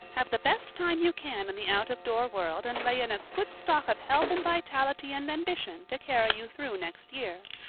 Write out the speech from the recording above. have the best time you can in the out-of-door world and lay in a good stock of health and vitality and ambition to carry you through next year.